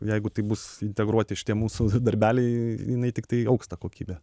jeigu tai bus integruoti šitie mūsų darbeliai jinai tiktai augs ta kokybė